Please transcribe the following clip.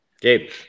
Gabe